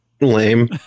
Lame